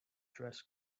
dress